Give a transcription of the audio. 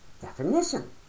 definition